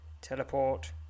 teleport